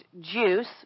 juice